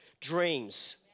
dreams